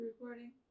recording